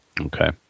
Okay